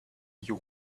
you